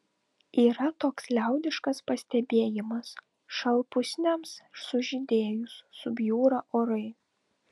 yra toks liaudiškas pastebėjimas šalpusniams sužydėjus subjūra orai